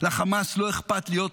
לחמאס לא אכפת להיות